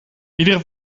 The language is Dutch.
iedere